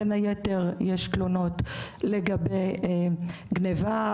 בין היתר יש תלונות לגבי גניבה,